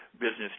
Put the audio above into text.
business